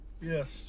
Yes